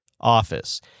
Office